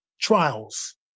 trials